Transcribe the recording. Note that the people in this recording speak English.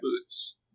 boots